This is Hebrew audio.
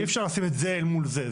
אי אפשר לשים את זה מול זה.